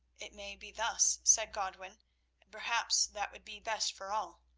it may be thus, said godwin, and perhaps that would be best for all.